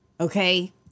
Okay